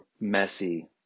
messy